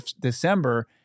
December